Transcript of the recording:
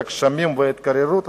את הגשמים ואת ההתקררות,